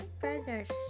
brothers